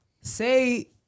say